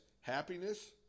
happiness